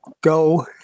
go